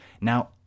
Now